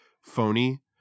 phony